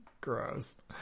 Gross